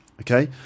okay